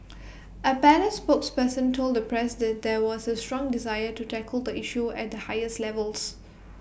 A palace spokesperson told the press that there was A strong desire to tackle the issue at the highest levels